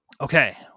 Okay